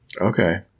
Okay